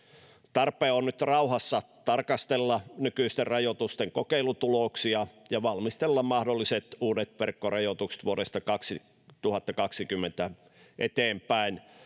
tarpeen on nyt rauhassa tarkastella nykyisten rajoitusten kokeilutuloksia ja valmistella mahdolliset uudet verkkorajoitukset vuodesta kaksituhattakaksikymmentä eteenpäin